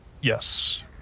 Yes